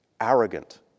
arrogant